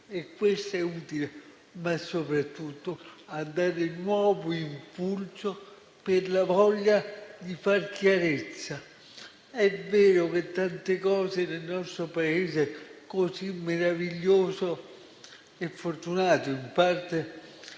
e questo è utile - ma soprattutto a dare nuovo impulso alla voglia di far chiarezza. È vero che nel nostro Paese così meraviglioso e fortunato, in parte,